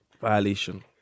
Violation